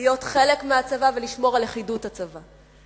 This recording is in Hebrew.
להיות חלק מהצבא ולשמור על לכידות הצבא,